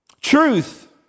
Truth